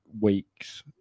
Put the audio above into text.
weeks